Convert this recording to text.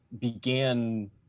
began